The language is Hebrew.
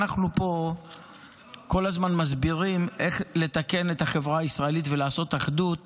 אנחנו פה כל הזמן מסבירים איך לתקן את החברה הישראלית ולעשות אחדות